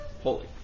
holy